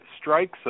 strikes